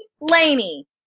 Laney